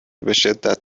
بشدت